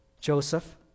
Joseph